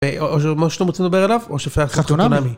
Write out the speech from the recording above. או שאתם רוצים לדבר עליו, או שאפשר חתונמי.